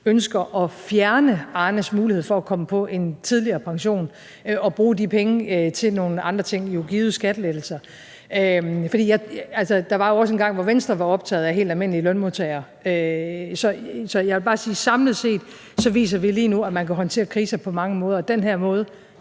ønsker at fjerne Arnes mulighed for at komme på en tidligere pension og bruge de penge til nogle andre ting – givet skattelettelser. For der var jo også engang, hvor Venstre var optaget af helt almindelige lønmodtagere. Så jeg vil bare sige, at samlet set viser vi lige nu, at man kan håndtere kriser på mange måder, og den her måde